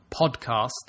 Podcast